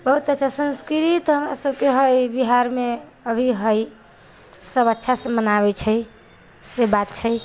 बहुत अच्छा संस्कृत हमरा सबके हइ बिहार मे अभी हइ सब अच्छा से मनाबै छै से बात छै